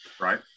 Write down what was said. Right